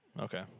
Okay